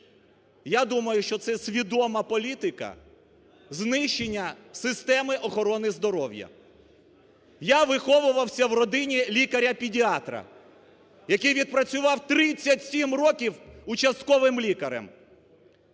Я думаю, що це свідома політика знищення системи охорони здоров'я. Я виховувався в родині лікаря-педіатра, який відпрацював 37 років участковим лікарем,